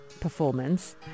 performance